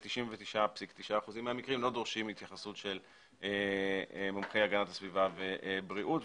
וב-99.9% לא דורשים התייחסות של מומחים להגנת הסביבה ובריאות,